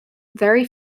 very